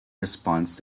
response